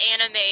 anime